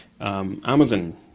Amazon